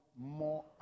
More